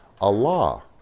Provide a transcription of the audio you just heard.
Allah